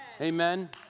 Amen